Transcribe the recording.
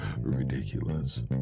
ridiculous